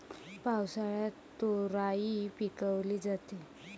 पावसाळ्यात तोराई पिकवली जाते